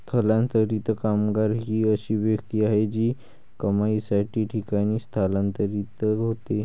स्थलांतरित कामगार ही अशी व्यक्ती आहे जी कमाईसाठी ठिकाणी स्थलांतरित होते